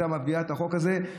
הייתה מביאה את החוק הזה,